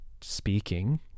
speaking